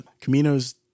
Camino's